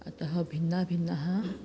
अतः भिन्नभिन्नः